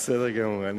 בסדר גמור.